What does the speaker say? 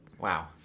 Wow